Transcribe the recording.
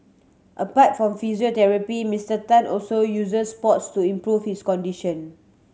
apart from physiotherapy Misterr Tan also uses sports to improve his condition